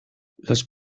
los